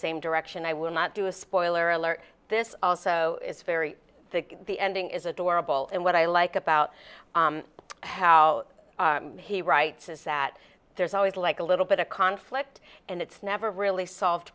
same direction i will not do a spoiler alert this also is very the ending is adorable and what i like about how he writes is that there's always like a little bit of conflict and it's never really solved